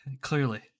Clearly